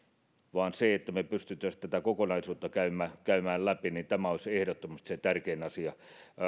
vaan se että me pystyisimme tätä kokonaisuutta käymään käymään läpi olisi ehdottomasti se tärkein asia